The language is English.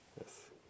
Yes